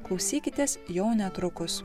klausykitės jau netrukus